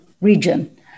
region